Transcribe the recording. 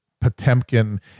Potemkin